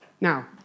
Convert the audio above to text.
Now